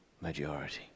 majority